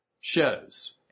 shows